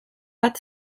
bat